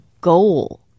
goal